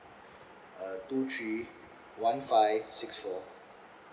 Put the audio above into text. uh two three one five six four